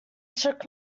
shook